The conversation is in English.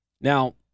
Now